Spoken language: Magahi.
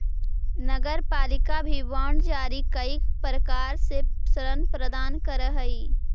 नगरपालिका भी बांड जारी कईक प्रकार से ऋण प्राप्त करऽ हई